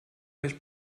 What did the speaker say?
euch